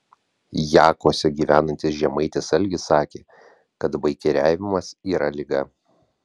jakuose gyvenantis žemaitis algis sakė kad baikeriavimas yra liga